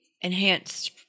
enhanced